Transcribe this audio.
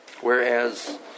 Whereas